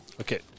Okay